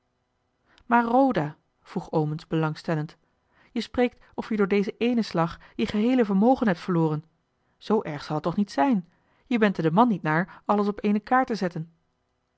roda vroeg omens belangstellend je spreekt of je door dezen eenen slag je geheele vermogen hebt verloren zoo erg zal het toch niet zijn jij bent er de man niet naar alles op eene kaart te zetten